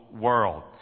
world